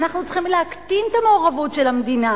אנחנו צריכים להקטין את המעורבות של המדינה.